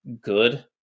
good